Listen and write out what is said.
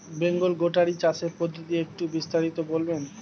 Bengal goatery চাষের পদ্ধতি একটু বিস্তারিত বলবেন?